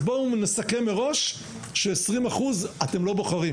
אז בואו נסכם מראש ש- 20% אתם לא בוחרים.